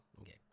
Okay